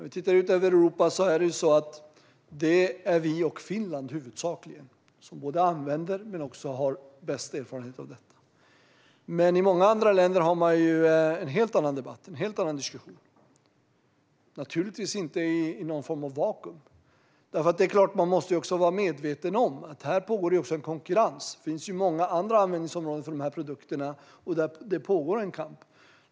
Det är huvudsakligen Sverige och Finland som använder och har bäst erfarenhet av bioenergi. I många andra länder råder en helt annan debatt och diskussion. Det sker naturligtvis inte i någon form av vakuum. Man måste också vara medveten om att det här råder konkurrens. Det finns många andra användningsområden för produkterna, och det pågår en kamp.